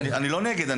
אני לא נגד.